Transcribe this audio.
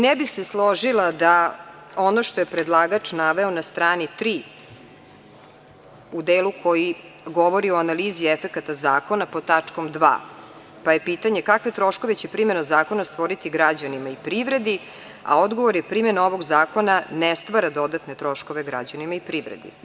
Ne bih se složila, ono što je predlagač naveo na strani tri, u delu koji govori o analizi efekata zakona pod tačkom dva, pa je pitanje kakve troškove će primena zakona stvoriti građanima i privredi, a odgovor je primena ovog zakona ne stvara dodatne troškove građanima i privredi.